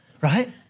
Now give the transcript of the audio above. right